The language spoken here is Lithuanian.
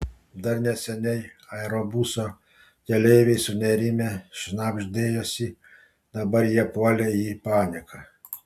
dar neseniai aerobuso keleiviai sunerimę šnabždėjosi dabar jie puolė į paniką